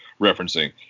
referencing